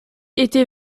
était